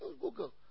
Google